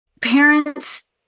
Parents